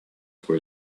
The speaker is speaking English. for